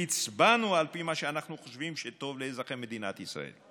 והצבענו על פי מה שאנחנו חושבים שטוב לאזרחי ישראל.